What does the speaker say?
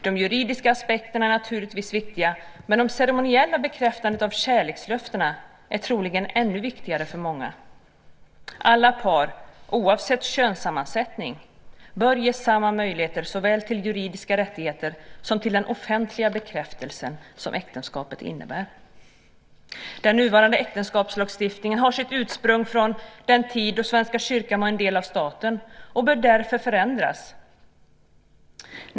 De juridiska aspekterna är naturligtvis viktiga, men det ceremoniella bekräftandet av kärlekslöftena är troligen ännu viktigare för många. Alla par, oavsett könssammansättning, bör ges samma möjligheter såväl till de juridiska rättigheterna som till den offentliga bekräftelsen som äktenskapet innebär. Den nuvarande äktenskapslagstiftningen har sitt ursprung från den tid då Svenska kyrkan var en del av staten och bör därför förändras.